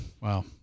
Wow